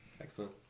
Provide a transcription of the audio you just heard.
Excellent